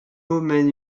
mène